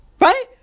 Right